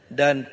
dan